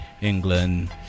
England